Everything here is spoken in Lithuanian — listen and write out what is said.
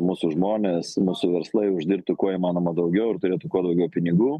mūsų žmonės mūsų verslai uždirbtų kuo įmanoma daugiau ir turėtų kuo daugiau pinigų